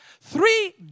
Three